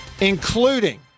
including